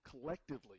collectively